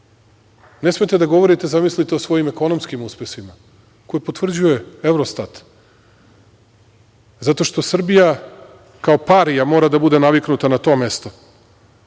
smete da govorite, zamislite, o svojim ekonomskim uspesima, koje potvrđuje Evrostat, zato što Srbija kao parija mora da bude naviknuta na to mesto.